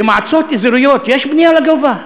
במועצות אזוריות יש בנייה לגובה?